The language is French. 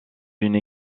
une